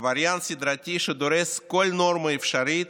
עבריין סדרתי דורס כל נורמה אפשרית,